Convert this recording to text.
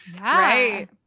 Right